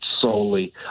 solely